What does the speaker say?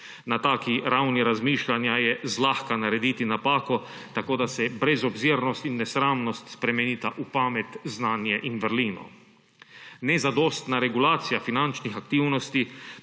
Na taki ravni razmišljanja je zlahka narediti napako, tako da se brezobzirnost in nesramnost spremenita v pamet, znanje in vrlino. Nezadostna regulacija finančnih aktivnosti